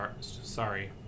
sorry